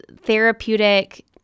therapeutic